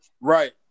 Right